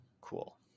Cool